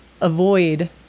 avoid